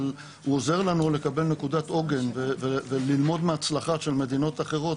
אבל הוא עוזר לנו לקבל נקודת עוגן וללמוד מהצלחה של מדינות אחרות,